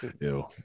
ew